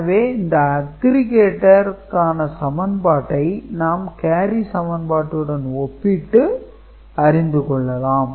எனவே இந்த 'aggregator' ற்கான சமன்பாட்டை நாம் கேரி சமன்பாட்டுடன் ஒப்பிட்டு அறிந்துக் கொள்ளலாம்